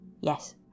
Yes